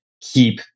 keep